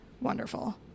wonderful